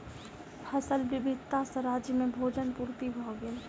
फसिल विविधता सॅ राज्य में भोजन पूर्ति भ गेल